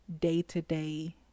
day-to-day